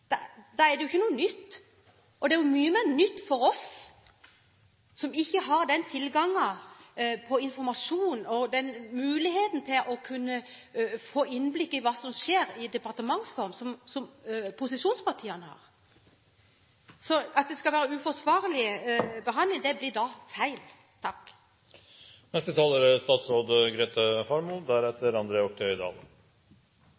da er det jo ikke noe nytt. Det er mye nyere for oss som ikke har den tilgangen på informasjon og den muligheten til å kunne få innblikk i hva som skjer i departementsform, som posisjonspartiene har. At det skal være uforsvarlig behandling, blir da feil. Jeg kan gjøre svaret helt kort: Det er